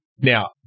Now